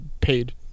paid